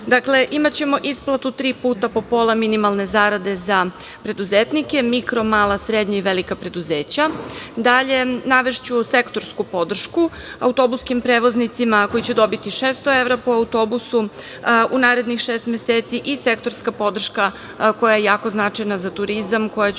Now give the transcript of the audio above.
dinara. Dakle, imaćemo isplatu tri puta po pola minimalne zarade za preduzetnike, mikro, mala, srednja i velika preduzeća. Dalje, navešću sektorsku podršku autobuskim prevoznicima koji će dobiti 600 evra po autobusu u narednih šest meseci i sektorska podrška koja je jako značajna za turizam, koja će